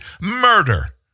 murder